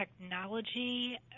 technology